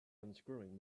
unscrewing